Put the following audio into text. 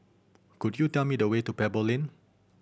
could you tell me the way to Pebble Lane